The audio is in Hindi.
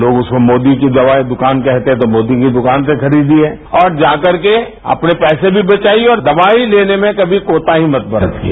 लोग उसको मोदी की दुकान कहते हैं तो मोदी की दुकान से खरीदिए और जाकर के अपने पैसे भी बचाईए और दवाई लेने में कभी कोताही मत बरतिए